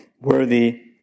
worthy